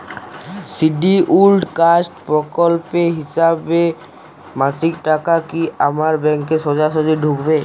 Scheduled caste প্রকল্পের হিসেবে মাসিক টাকা কি আমার ব্যাংকে সোজাসুজি ঢুকবে?